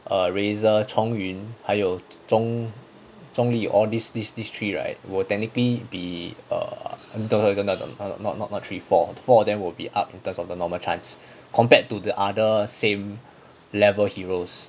err razor chong yun 还有 zhong zhong li all these these three right will technically be err and the razor the not not not three four four of them will be up in terms of the normal chance compared to the other same level heroes